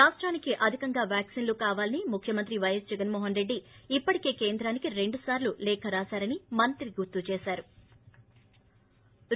రాష్టానికి అధికంగా వ్యాక్సిన్లు కావాలని ముఖ్యమంత్రి పైఎస్ జగన్మోహన్రెడ్డి ఇప్పటికే కేంద్రానికి రెండు సార్లు లేఖ రాశారని మంత్రి గుర్తు చేశారు